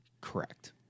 Correct